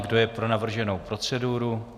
Kdo je pro navrženou proceduru?